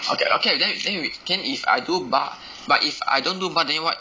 okay okay then we then we then if I do bar but if I don't bar then what